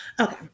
okay